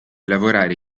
lavorare